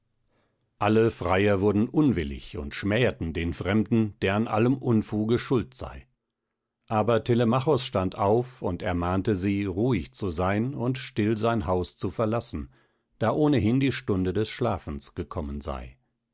alle freier wurden unwillig und schmäheten den fremden der an allem unfuge schuld sei aber telemachos stand auf und ermahnte sie ruhig zu sein und still sein haus zu verlassen da ohnehin die stunde des schlafens gekommen sei